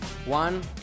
One